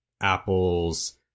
apples